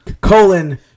colon